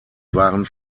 waren